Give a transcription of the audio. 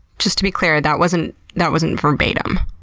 just to be clear, that wasn't that wasn't verbatim.